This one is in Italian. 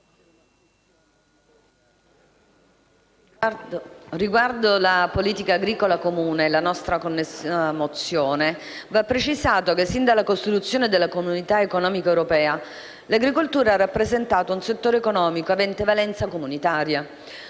riguardo alla Politica agricola comune e alla connessa mozione da noi presentata, va precisato che, sin dalla costituzione della Comunità economica europea, l'agricoltura ha rappresentato un settore economico avente valenza comunitaria.